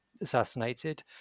assassinated